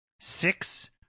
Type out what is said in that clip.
six